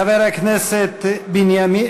בבקשה, חבר הכנסת זאב בנימין בגין יצהיר אמונים.